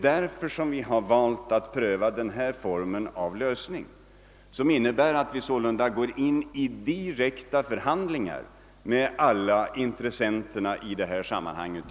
Därför har vi valt att pröva denna form av lösning, vilken innebär att vi sålunda går in i direkta förhandlingar med alla intressenter i sammanhanget.